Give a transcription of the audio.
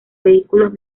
vehículos